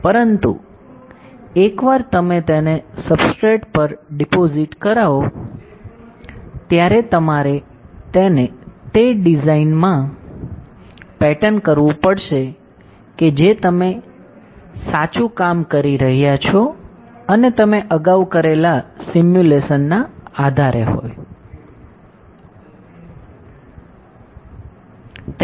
પરંતુ એકવાર તમે તેને સબસ્ટ્રેટ પર ડિપોજિટ કરાવો તમારે તેને તે ડિઝાઇનસ માં પેટર્ન કરવું પડશે કે જે તમે સાચું કામ કરી રહ્યા છો અને તમે અગાઉ કરેલા સિમ્યુલેશન ના આધારે છે